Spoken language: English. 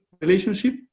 relationship